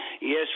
yes